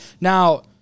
Now